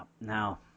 Now